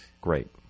great